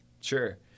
Sure